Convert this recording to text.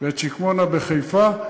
ו"שקמונה" בחיפה,